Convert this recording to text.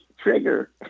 Trigger